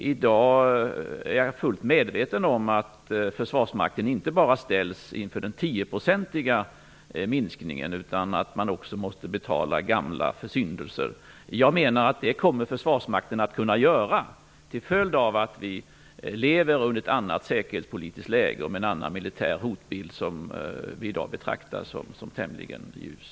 I dag är jag fullt medveten om att Försvarsmakten inte bara ställs inför den 10 procentiga minskningen utan att man också måste betala för gamla försyndelser. Jag anser att Försvarsmakten kommer att kunna göra det till följd av att vi lever i ett annat säkerhetspolitiskt läge och med en annan militär hotbild, en hotbild som vi i dag betraktar som tämligen ljus.